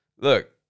Look